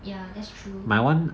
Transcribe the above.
ya that's true